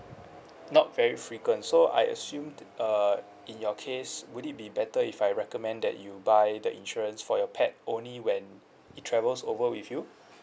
not very frequent so I assume uh in your case would it be better if I recommend that you buy the insurance for your pet only when it travels over with you